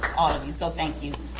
all of you, so thank you.